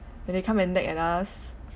when they come and nag at us